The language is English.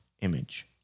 image